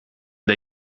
der